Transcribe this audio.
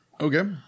Okay